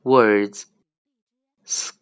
Words